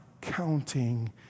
counting